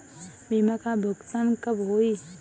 बीमा का भुगतान कब होइ?